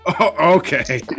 Okay